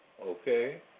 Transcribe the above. Okay